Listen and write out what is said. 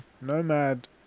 Nomad